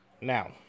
now